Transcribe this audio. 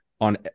on